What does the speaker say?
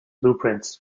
blueprints